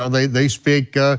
you know they they speak,